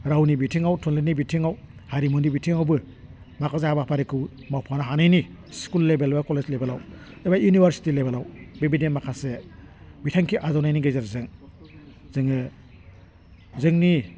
रावनि बिथिङाव थुनलाइनि बिथिङाव हारिमुनि बिथिङावबो माखासे हाबाफारिखौ मावफानो हानायनि स्कुल लेभेल बा कलेज लेभेलआव एबा इउनिभासिटि लेभेलाव बेबायदि माखासे बिथांखि आजावनायनि गेजेरजों जोङो जोंनि